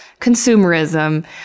consumerism